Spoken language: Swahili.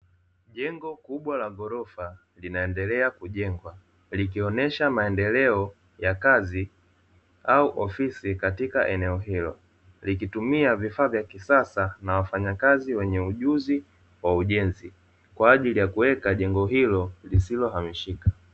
Jengo kubwa la ghorofa linaendelea kujengwa, likionyesha maendeleo ya kazi au ofisi katika eneo hilo, likitumia vifaa vya kisasa na wafanyakazi wenye ujuzi wa ujenzi kwa ajili ya kuweka jengo hilo lisilohamishika.